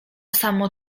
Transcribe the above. samo